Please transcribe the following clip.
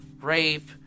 rape